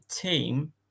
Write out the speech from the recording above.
team